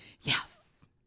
yes